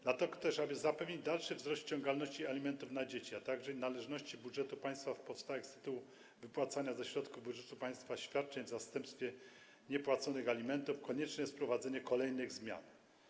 Dlatego też, aby zapewnić dalszy wzrost ściągalności alimentów na dzieci, a także należności budżetu państwa powstałych z tytułu wypłacanych ze środków budżetu państwa świadczeń w zastępstwie niepłaconych alimentów, konieczne jest wprowadzenie kolejnych zmian.